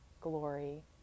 glory